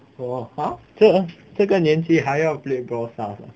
for !huh! 这这个年纪还要 play brawl star ah